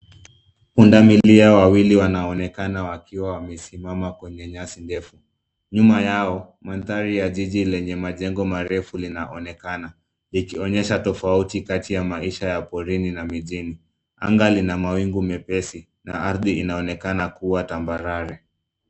Punda milia wawili wanaonekana wakiwa wamesimama kwenye nyasi ndefu. Nyuma yao mandhari ya jiji lenye majengo marefu linaonekana likionyesha tofauti kati yamaisha ya porini na mijijini. Anga ;linawawingu mepesi na ardhi inaonekana kuwa tambarare